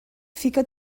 fica